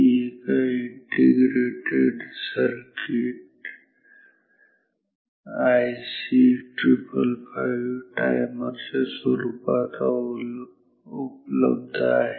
ही एका integrated circuit IC 555 timer च्या स्वरुपात उपलब्ध आहे